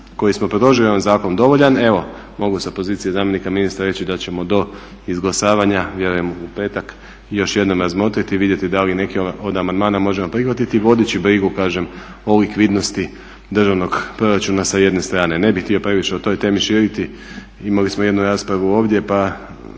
koji smo predložili u ovom zakonu dovoljan. Evo mogu sa pozicije zamjenika ministra reći da ćemo do izglasavanja vjerujem u petak još jednom razmotriti i vidjeti da li neki od amandmana možemo prihvatiti vodeći brigu kažem o likvidnosti državnog proračuna sa jedne strane. Ne bih htio previše o toj temi širiti. Imali smo jednu raspravu ovdje pa